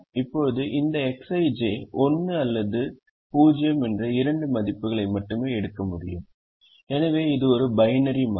இப்போது இந்த Xij 1 அல்லது 0 என்ற இரண்டு மதிப்புகளை மட்டுமே எடுக்க முடியும் எனவே இது ஒரு பைனரி மாறி